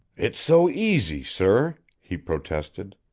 it's so easy, sir, he protested.